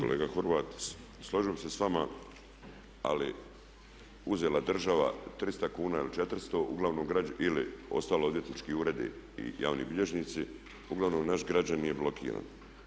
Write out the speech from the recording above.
Kolega Horvat, slažem se s vama ali uzela država 300 kuna ili 400, uglavnom, ili ostalo odvjetnički uredi i javni bilježnici, uglavnom naš građanin je blokiran.